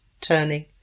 turning